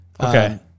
Okay